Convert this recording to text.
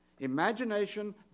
imagination